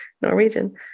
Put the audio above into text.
Norwegian